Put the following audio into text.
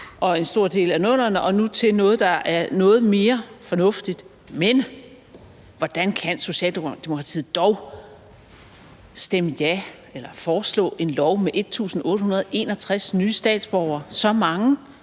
og i en stor del af 00'erne og nu til noget, der er noget mere fornuftigt. Men hvordan kan Socialdemokratiet dog fremsætte en lov med 1.861 nye statsborgere – så mange